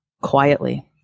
quietly